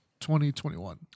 2021